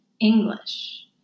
English